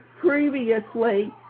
previously